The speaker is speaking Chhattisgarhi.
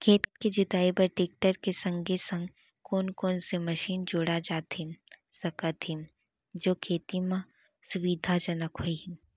खेत के जुताई बर टेकटर के संगे संग कोन कोन से मशीन जोड़ा जाथे सकत हे जो खेती म सुविधाजनक होही?